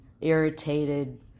irritated